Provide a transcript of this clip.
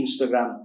Instagram